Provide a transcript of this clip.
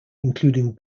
including